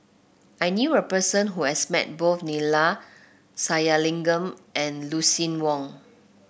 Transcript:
I knew a person who has met both Neila Sathyalingam and Lucien Wang